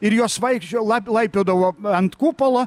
ir jos vaikščiojo laip laipiodavo ant kupolo